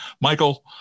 Michael